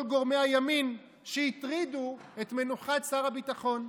גורמי הימין שהטרידו את מנוחת שר הביטחון.